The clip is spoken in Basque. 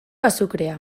azukrea